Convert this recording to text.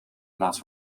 plaats